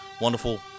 wonderful